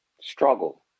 Struggle